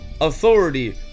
authority